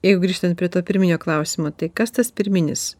jeigu grįžtant prie to pirminio klausimo tai kas tas pirminis